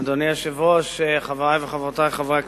אדוני היושב-ראש, חברי וחברותי חברי הכנסת,